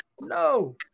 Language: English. no